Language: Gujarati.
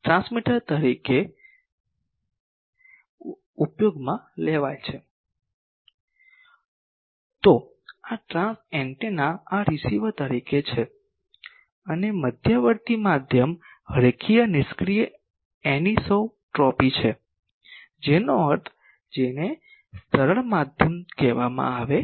ટ્રાન્સમીટર તરીકે ઉપયોગમાં લેવાય છે તો આ એન્ટેના આ રીસીવર તરીકે છે અને મધ્યવર્તી માધ્યમ રેખીય નિષ્ક્રિય એનિસોટ્રોપી છે જેનો અર્થ જેને સરળ માધ્યમ કહેવામાં આવે છે